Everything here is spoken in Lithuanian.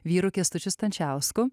vyru kęstučiu stančiausku